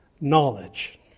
knowledge